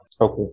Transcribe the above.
Okay